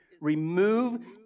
remove